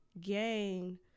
gain